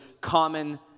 common